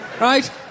right